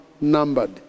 numbered